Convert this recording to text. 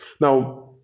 Now